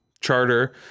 charter